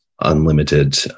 unlimited